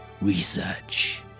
research